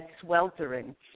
sweltering